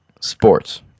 Sports